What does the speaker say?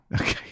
Okay